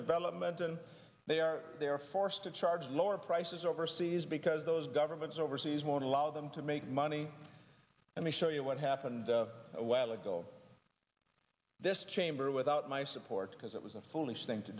development and they are they are forced to charge lower prices overseas because those governments overseas won't allow them to make money let me show you what happened a while ago this chamber without my support because it was a foolish thing to